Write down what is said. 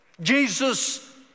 Jesus